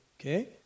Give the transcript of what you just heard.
Okay